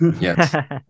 yes